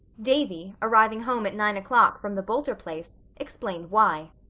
davy, arriving home at nine o'clock from the boulter place, explained why.